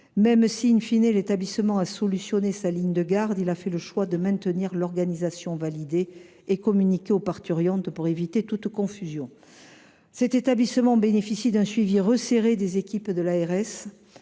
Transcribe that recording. pu résoudre les problèmes posés à sa ligne de garde, il a fait le choix de maintenir l’organisation validée et communiquée aux parturientes, afin d’éviter toute confusion. Cet établissement bénéficie d’un suivi resserré des équipes de l’ARS.